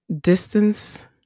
distance